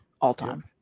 All-time